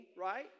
right